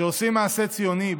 שעושים מעשה ציוני,